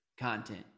content